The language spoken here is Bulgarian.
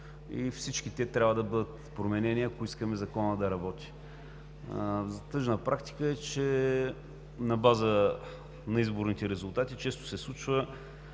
и всички те трябва да бъдат променени, ако искаме Законът да работи. Тъжна практика е, че на база на изборните резултати често се случва